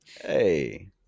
Hey